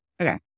Okay